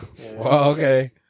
Okay